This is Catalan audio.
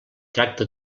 tracta